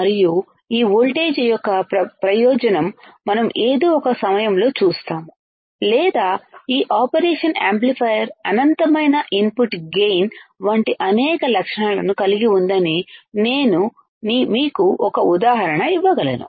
మరియు ఈ వోల్టేజ్ యొక్క ప్రయోజనం మనం ఏదో ఒక సమయంలో చూస్తాము లేదా ఈ ఆపరేషన్ యాంప్లిఫైయర్ అనంతమైన ఇన్పుట్ గైన్ వంటి అనేక లక్షణాలను కలిగి ఉందని నేను మీకు ఒక ఉదాహరణ ఇవ్వగలను